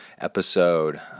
episode